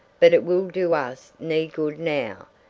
but it will do us ne good now,